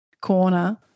corner